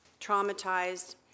traumatized